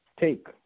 take